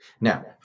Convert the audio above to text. now